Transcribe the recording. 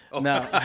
No